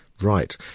Right